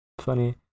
funny